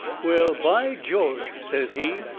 well, by george, says he,